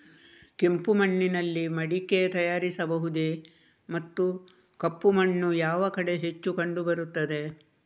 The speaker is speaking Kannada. ಕೆಂಪು ಮಣ್ಣಿನಲ್ಲಿ ಮಡಿಕೆ ತಯಾರಿಸಬಹುದೇ ಮತ್ತು ಕಪ್ಪು ಮಣ್ಣು ಯಾವ ಕಡೆ ಹೆಚ್ಚು ಕಂಡುಬರುತ್ತದೆ?